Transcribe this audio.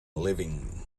living